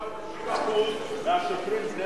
הוא אמר ש-90% מהשוטרים בני